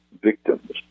victims